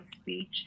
speech